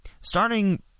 Starting